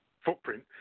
footprint